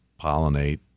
pollinate